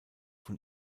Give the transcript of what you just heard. von